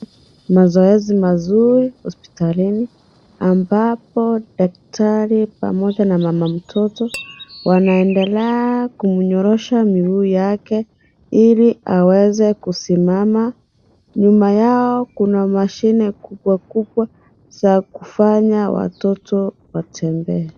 Mazoezi mazuri hospitalini ambapo daktari pamoja na mama mtoto wanaendela kumnyorosha miguu yake ili aweze kusimama. Nyuma yao kuna mashine kubwakubwa za kufanya watoto watembee.